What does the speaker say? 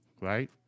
right